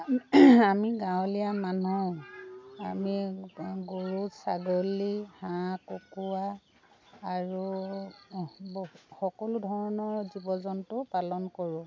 আমি গাঁৱলীয়া মানুহ আমি গৰু ছাগলী হাঁহ কুকুৰা আৰু সকলো ধৰণৰ জীৱ জন্তু পালন কৰোঁ